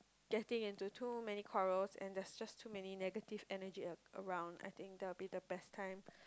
getting into too many quarrels and there's just too many negative energy a~ around I think that would be the best time